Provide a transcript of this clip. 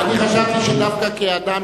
אני חשבתי שכאדם